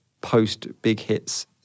post-big-hits